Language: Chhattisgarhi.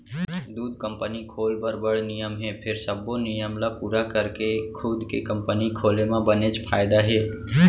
दूद कंपनी खोल बर बड़ नियम हे फेर सबो नियम ल पूरा करके खुद के कंपनी खोले म बनेच फायदा हे